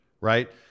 right